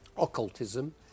occultism